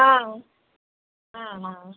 ହଁ ହଁ ହଁ